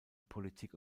politik